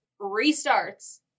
restarts